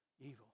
evil